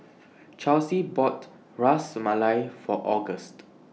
Charlsie bought Ras Malai For August